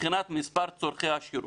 מבחינת צורכי השירות,